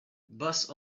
bus